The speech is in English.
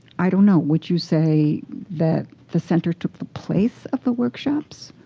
i don't know. would you say that the center took the place of the workshops?